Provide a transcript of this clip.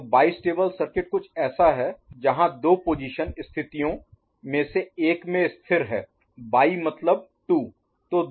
तो bistable circuit कुछ ऐसा है जहां सर्किट दो पोजीशन स्थितियों में से एक में स्थिर है बाई मतलब 2